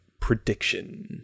prediction